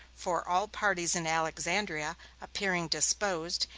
for all parties in alexandria appeared disposed,